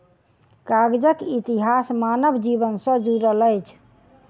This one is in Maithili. कागजक इतिहास मानव जीवन सॅ जुड़ल अछि